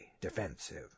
defensive